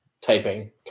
typing